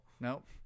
Nope